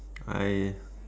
I